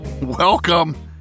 Welcome